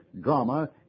drama